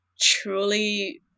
truly